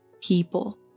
people